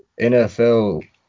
nfl